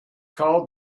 called